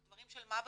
על דברים של מה בכך,